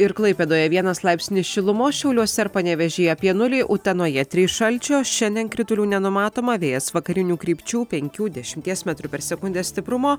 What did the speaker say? ir klaipėdoje vienas laipsnis šilumos šiauliuose ir panevėžyje apie nulį utenoje trys šalčio šiandien kritulių nenumatoma vėjas vakarinių krypčių penkių dešimties metrų per sekundę stiprumo